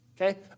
okay